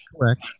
correct